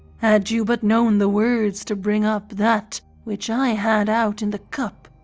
had you but known the words to bring up that which i had out in the cup,